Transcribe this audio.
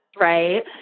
right